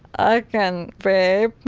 i can vape